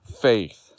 faith